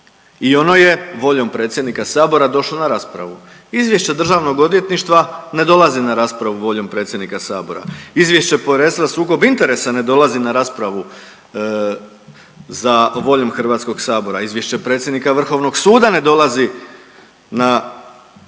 i ono je voljom predsjednika sabora došlo na raspravu. Izvješće državnog odvjetništva ne dolaze na raspravu voljom predsjednika sabora, izvješće Povjerenstva za sukob interesa ne dolazi na raspravu za voljom HS-a, izvješće predsjednika vrhovnog suda ne dolazi na raspravu